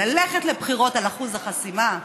ללכת לבחירות על אחוז החסימה?